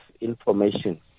information